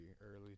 early